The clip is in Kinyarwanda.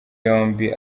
yombi